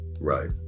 right